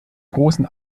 großen